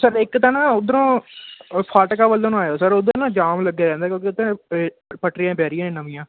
sir ਇੱਕ ਤਾਂ ਨਾ ਉਧਰੋਂ ਫਾਟਕਾਂ ਵੱਲੋਂ ਨੂੰ ਆਇਓ ਸਰ ਉੱਧਰ ਨਾ ਜਾਮ ਲੱਗਿਆ ਰਹਿੰਦਾ ਕਿਉਂਕਿ ਉੱਥੇ ਪਟਰੀਆਂ ਪੈ ਰਹੀਆਂ ਨਵੀਆਂ